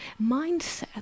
mindset